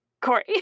Corey